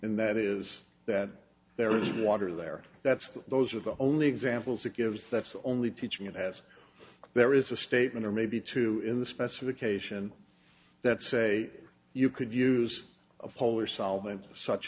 and that is that there is water there that's those are the only examples it gives that's only teaching it has there is a statement or maybe two in the specification that say you could use a polar solvent such